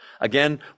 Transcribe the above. Again